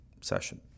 session